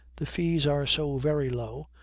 the fees are so very low,